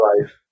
life